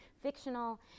fictional